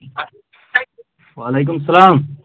وعلیکم السلام